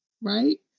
right